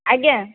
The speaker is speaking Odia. ଆଜ୍ଞା